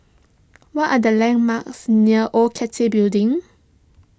what are the landmarks near Old Cathay Building